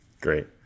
Great